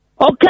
Okay